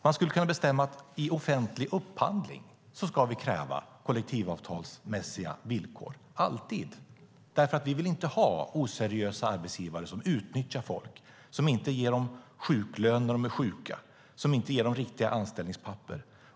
Man skulle kunna bestämma att vi i offentlig upphandling ska kräva kollektivavtalsmässiga villkor, alltid. Vi vill nämligen inte ha oseriösa arbetsgivare som utnyttjar människor, som inte ger dem sjuklön när de är sjuka och som inte ger dem riktiga anställningspapper.